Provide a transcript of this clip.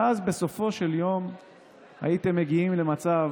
ואז, בסופו של יום הייתם מגיעים למצב